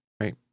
right